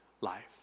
life